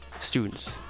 Students